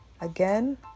again